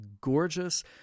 gorgeous